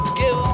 give